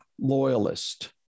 loyalist